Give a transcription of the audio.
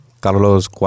Carlos